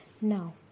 now